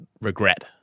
regret